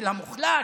של המוחלש,